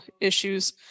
issues